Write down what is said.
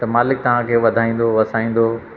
त मालिक तव्हां खे वधाईंदो वसाईंदो